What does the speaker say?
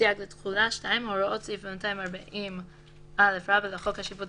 סייג לתחולה 2. הוראות סעיף 240א לחוק השיפוט